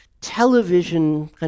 television